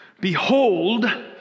behold